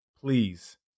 Please